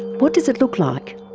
what does it look like?